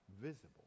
visible